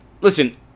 listen